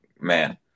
man